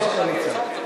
כיושב-ראש הקואליציה,